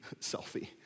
selfie